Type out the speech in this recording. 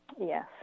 Yes